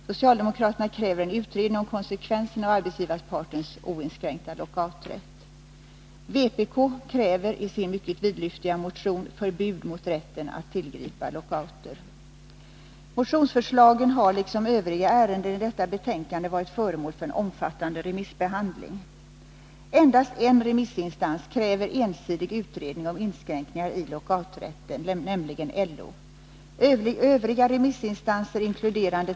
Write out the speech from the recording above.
Socialdemokraterna kräver en utredning om konsekvenserna av arbetsgivarpartens oinskränkta lockouträtt. Vpk kräver i sin mycket vidlyftiga motion förbud mot rätten att tillgripa lockouter. Motionsförslagen har liksom övriga förslag i detta betänkande varit föremål för en omfattande remissbehandling. Endast en remissinstans kräver ensidig utredning om inskränkningar i lockouträtten, nämligen LO. Övriga remissinstanser, inkl.